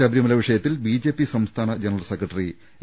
ശബരിമല വിഷയത്തിൽ B I P സംസ്ഥാന general secretary A